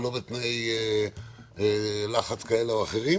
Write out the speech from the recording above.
ולא בתנאי לחץ כאלה או אחרים,